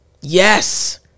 Yes